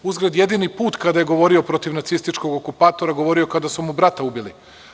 Uzgred, jedini put kada je govorio protiv nacističkog okupatora, govorio je kada su mu brata ubili.